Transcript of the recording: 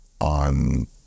on